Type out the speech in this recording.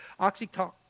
oxytocin